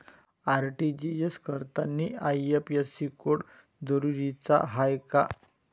RTGS करतांनी IFSC code जरुरीचा हाय का?